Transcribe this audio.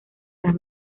las